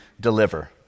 deliver